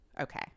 okay